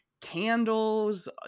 candles